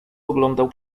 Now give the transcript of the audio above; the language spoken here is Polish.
oglądał